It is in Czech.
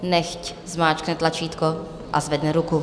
Nechť zmáčkne tlačítko a zvedne ruku.